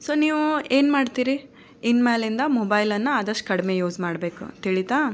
so ನೀವು ಏನು ಮಾಡ್ತೀರಿ ಇನ್ನುಮೇಲಿಂದ ಮೊಬೈಲನ್ನು ಆದಷ್ಟು ಕಡಿಮೆ ಯೂಸ್ ಮಾಡ್ಬೇಕು ತಿಳೀತಾ